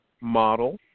model